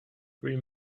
three